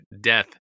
Death